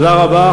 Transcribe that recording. תודה רבה,